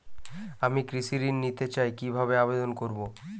আমি কৃষি ঋণ নিতে চাই কি ভাবে আবেদন করব?